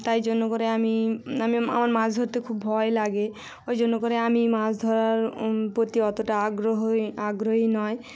তাই জন্য করে আমি আমার মাছ ধত্তে খুব ভয় লাগে ওই জন্য করে আমি মাছ ধরার প্রতি অতোটা আগ্রহই আগ্রহী নয়